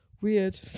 weird